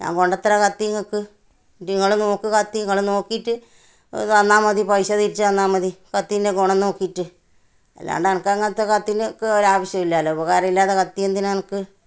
ഞാൻ കൊണ്ടുത്തരാം കത്തി ഇങ്ങൾക്ക് എന്നിട്ട് ഇങ്ങൾ നോക്ക് കത്തി ഇങ്ങൾ നോക്കിയിട്ട് തന്നാൽ മതി പൈസ തിരിച്ച് തന്നാൽ മതി കത്തീൻ്റെ ഗുണം നോക്കിയിട്ട് അല്ലാണ്ട് എനിക്കങ്ങനത്തെ കത്തീന്ക്ക് ഒരാവശ്യമില്ലല്ലോ ഉപകാരമില്ലാതെ കത്തി എന്തിനാണ് അനക്ക്